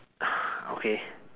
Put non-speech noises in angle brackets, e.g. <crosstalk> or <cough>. <breath> okay